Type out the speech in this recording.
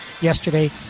yesterday